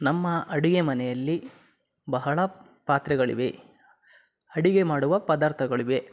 ನಮ್ಮ ಅಡುಗೆ ಮನೆಯಲ್ಲಿ ಬಹಳ ಪಾತ್ರೆಗಳಿವೆ ಅಡಿಗೆ ಮಾಡುವ ಪದಾರ್ಥಗಳಿವೆ